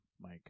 Mike